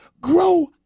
grow